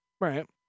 Right